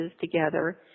together